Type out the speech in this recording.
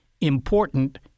important